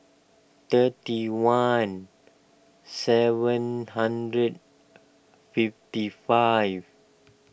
thirty one seven hundred fifty five